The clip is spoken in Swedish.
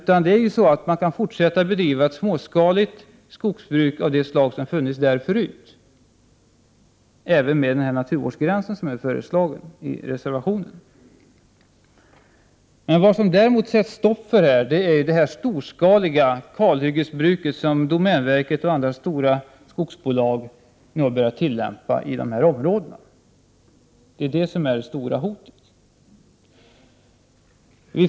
Man kan faktiskt fortsätta med småskaligt skogsbruk av samma slag som funnits tidigare även om den föreslagna naturvårdsgränsen blir verklighet. Vad man däremot skulle sätta stopp för är det storskaliga kalhyggesbruk som domänverket och andra stora skogsbolag har börjat tillämpa i de aktuella områdena, och det är ju detta som är det stora hotet.